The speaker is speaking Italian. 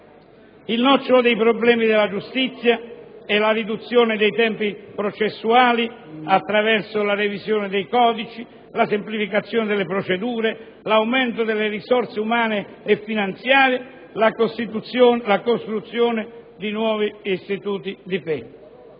Il nocciolo dei problemi della giustizia è la riduzione dei tempi processuali attraverso la revisione dei codici, la semplificazione delle procedure, l'aumento delle risorse umane e finanziarie, la costruzione di nuovi istituti di pena.